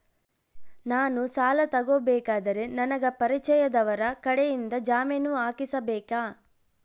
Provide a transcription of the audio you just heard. ನಾನು ಸಾಲ ತಗೋಬೇಕಾದರೆ ನನಗ ಪರಿಚಯದವರ ಕಡೆಯಿಂದ ಜಾಮೇನು ಹಾಕಿಸಬೇಕಾ?